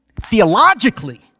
theologically